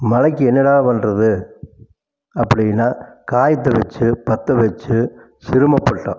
மழைக்கு என்னடா பண்ணறது அப்படினா காயித்தை வச்சு பற்ற வச்சு சிரமப்பட்டோம்